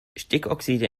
stickoxide